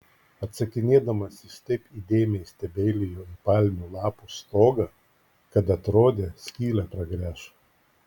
atsakinėdamas jis taip įdėmiai stebeilijo į palmių lapų stogą kad atrodė skylę pragręš